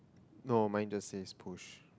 no mine just says push